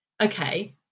okay